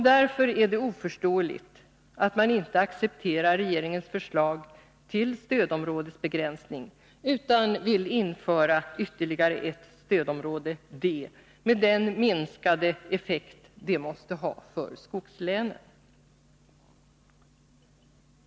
Därför är det oförståeligt att de inte accepterar regeringens förslag till stödområdesbegränsning utan vill införa ytterligare ett stödområde D med den minskade effekt som det måste ha för skogslänen.